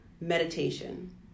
meditation